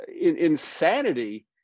insanity